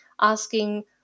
asking